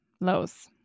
Lows